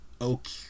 okay